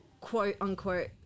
quote-unquote